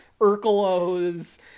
Urkelos